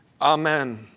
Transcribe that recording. Amen